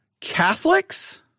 Catholics